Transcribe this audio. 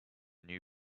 new